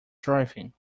driving